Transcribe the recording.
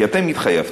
כי אתם התחייבתם.